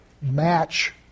match